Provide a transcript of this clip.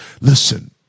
Listen